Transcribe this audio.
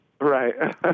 Right